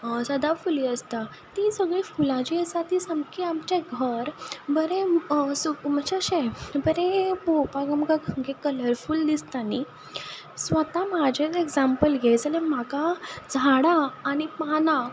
सदाफुली आसता तीं सगळीं फुलां जीं आसा तीं सामकीं आमचें घर बरें म्हणचें अशें बरें पळोवपाक आमकां सामकें कलरफूल दिसता न्ही स्वता म्हजेंच एक्जाम्पल घे जाल्यार म्हाका झाडां आनी पानां